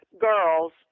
girls